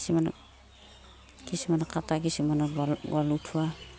কিছুমানক কিছুমানক কাটা কিছুমানৰ গল গল উঠোৱা